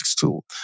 tool